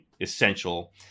essential